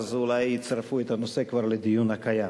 ואז אולי יצרפו את הנושא כבר לדיון הקיים.